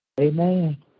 Amen